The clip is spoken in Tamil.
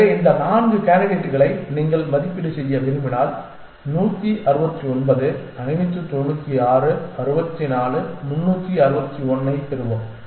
எனவே இந்த 4 கேண்டிடேட்களை நீங்கள் மதிப்பீடு செய்ய விரும்பினால் 169 596 64 361 ஐப் பெறுவோம்